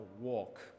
walk